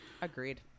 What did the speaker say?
Agreed